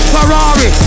Ferrari